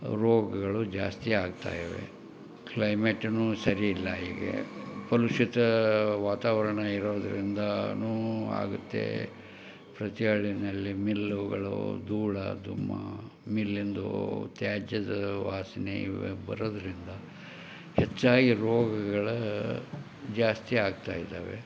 ರೋಗಗಳು ಜಾಸ್ತಿ ಆಗ್ತಾಯಿವೆ ಕ್ಲೈಮೇಟನು ಸರಿ ಇಲ್ಲ ಈಗ ಕಲುಷಿತ ವಾತಾವರಣ ಇರೋದರಿಂದಾನು ಆಗತ್ತೆ ಪ್ರತಿ ಹಳ್ಳಿನಲ್ಲಿ ಮಿಲ್ಲುಗಳು ಧೂಳ ದುಮ್ಮಾ ಮಿಲ್ಲಿಂದೂ ತ್ಯಾಜ್ಯದ ವಾಸನೆ ಇವೆ ಬರೋದರಿಂದ ಹೆಚ್ಚಾಗಿ ರೋಗಗಳು ಜಾಸ್ತಿ ಆಗ್ತಾಯಿದ್ದಾವೆ